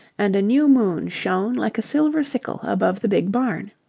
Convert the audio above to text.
and a new moon shone like a silver sickle above the big barn.